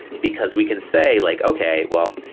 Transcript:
because we can say like, okay. well,